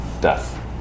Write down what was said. death